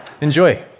Enjoy